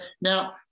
Now